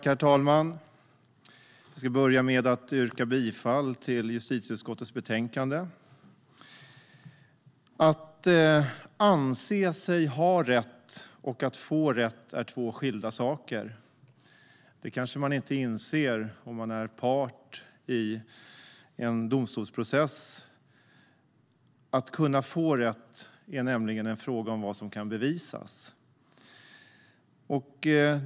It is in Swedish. Herr talman! Jag börjar med att yrka bifall till justitieutskottets förslag. Att anse sig ha rätt och att få rätt är två skilda saker. Det kanske man inte inser om man är part i en domstolsprocess. Att kunna få rätt är nämligen en fråga om vad som kan bevisas.